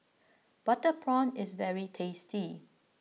Butter Prawn is very tasty